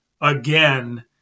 again